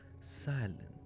silent